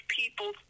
people